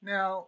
Now